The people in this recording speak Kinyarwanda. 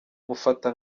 mufata